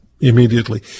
Immediately